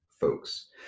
folks